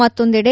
ಮತ್ತೊಂದೆಡೆ